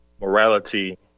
morality